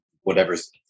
whatever's